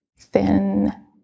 thin